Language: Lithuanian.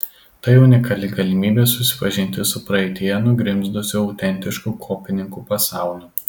tai unikali galimybė susipažinti su praeityje nugrimzdusiu autentišku kopininkų pasauliu